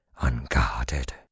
unguarded